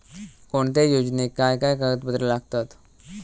कोणत्याही योजनेक काय काय कागदपत्र लागतत?